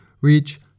reach